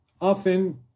often